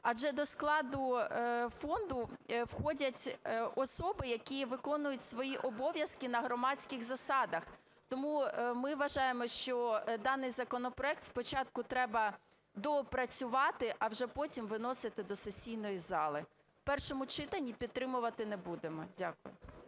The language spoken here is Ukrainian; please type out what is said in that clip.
Адже до складу фонду входять особи, які виконують свої обов'язки на громадських засадах. Тому ми вважаємо, що даний законопроект спочатку треба доопрацювати, а вже потім виносити до сесійної зали. У першому читанні підтримувати не будемо. Дякую.